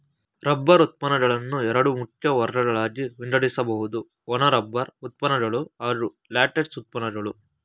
rubber ಉತ್ಪನ್ನಗಳನ್ನು ಎರಡು ಮುಖ್ಯ ವರ್ಗಗಳಾಗಿ ವಿಂಗಡಿಸ್ಬೋದು ಒಣ ರಬ್ಬರ್ ಉತ್ಪನ್ನಗಳು ಹಾಗೂ ಲ್ಯಾಟೆಕ್ಸ್ ಉತ್ಪನ್ನಗಳು